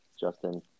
Justin